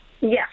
Yes